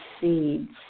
seeds